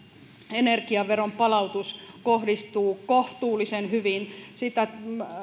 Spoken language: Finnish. energiaveron palautus kohdistuu kohtuullisen hyvin sitä